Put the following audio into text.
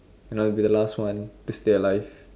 and I'll be the last one to stay alive